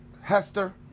Hester